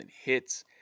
hits